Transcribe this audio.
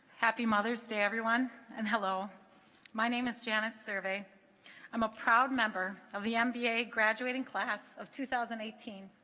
happy mother's day everyone and hello my name is janet survey i'm a proud member of the mba graduating class of two thousand and eighteen